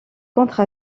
contre